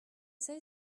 say